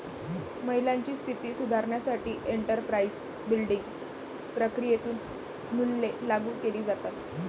महिलांची स्थिती सुधारण्यासाठी एंटरप्राइझ बिल्डिंग प्रक्रियेतून मूल्ये लागू केली जातात